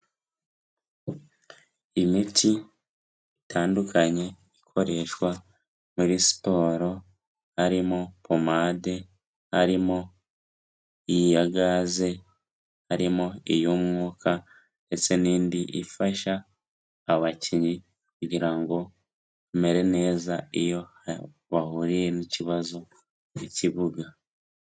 Imiti itandukanye ikoreshwa muri siporo, harimo pomade, harimo iya gaze, harimo iy'umwuka ndetse n'indi ifasha abakinnyi kugira ngo bamere neza iyo bahuriye n'ikibazo mu kibuga.